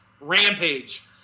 rampage